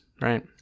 right